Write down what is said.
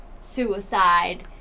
suicide